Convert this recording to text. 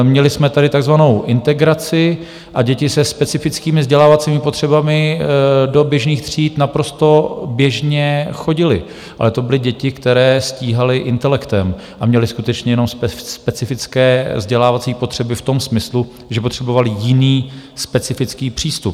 Měli jsme tady takzvanou integraci a děti se specifickými vzdělávacími potřebami do běžných tříd naprosto běžně chodily, ale to byly děti, které stíhaly intelektem a měly skutečně jenom specifické vzdělávací potřeby v tom smyslu, že potřebovaly jiný, specifický přístup.